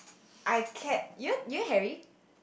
I kept you know you know Harry